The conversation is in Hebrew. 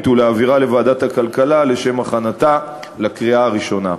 ולהעבירה לוועדת הכלכלה לשם הכנתה לקריאה הראשונה.